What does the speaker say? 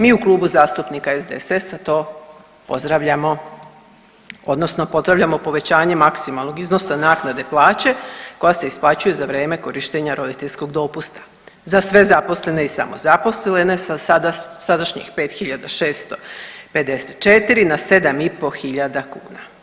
Mi u Klubu zastupnika SDSS-a to pozdravljamo odnosno pozdravljamo povećanje maksimalnog iznosa naknade plaće koja se isplaćuje za vreme korištenja roditeljskog dopusta za sve zaposlene i samozaposlene sa sadašnjih 5 654 na 7 500 kuna.